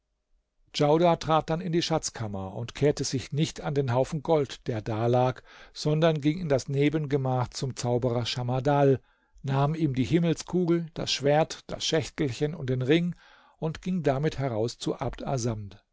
djaudar trat dann in die schatzkammer und kehrte sich nicht an den haufen gold der dalag sondern ging in das nebengemach zum zauberer schamardal nahm ihm die himmelskugel das schwert das schächtelchen und den ring und ging damit heraus zu